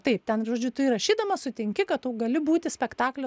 taip ten žodžiu tu įrašydamas sutinki kad tu gali būti spektaklio